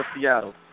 Seattle